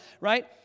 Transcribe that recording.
right